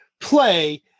play